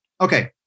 Okay